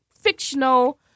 fictional